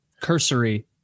cursory